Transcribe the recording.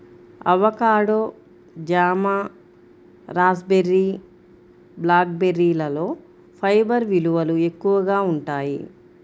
avocado, జామ, raspberry, black బెర్రీలలో fibre విలువలు ఎక్కువగా ఉంటాయి